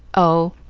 oh,